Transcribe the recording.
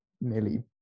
nearly